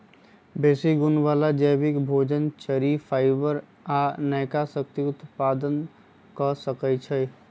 बेशी गुण बला जैबिक भोजन, चरि, फाइबर आ नयका शक्ति उत्पादन क सकै छइ